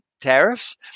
tariffs